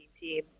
team